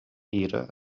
ира